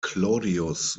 claudius